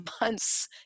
months